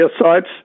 sites